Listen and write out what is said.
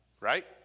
right